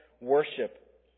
worship